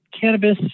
cannabis